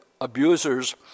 abusers